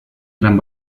gran